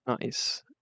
Nice